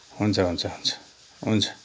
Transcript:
हुन्छ हुन्छ हुन्छ हुन्छ